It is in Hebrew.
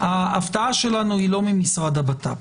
ההפתעה שלנו היא לא ממשרד הבט"פ,